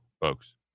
folks